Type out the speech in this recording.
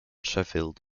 sheffield